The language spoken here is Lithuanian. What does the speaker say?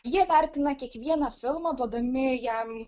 jie vertina kiekvieną filmą duodami jam